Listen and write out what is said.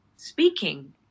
Speaking